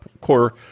core